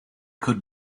could